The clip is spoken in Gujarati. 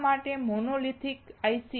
શા માટે મોનોલિથિક IC